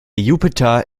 jupiter